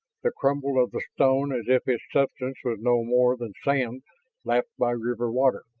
the crumble of the stone as if its substance was no more than sand lapped by river water.